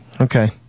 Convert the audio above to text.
Okay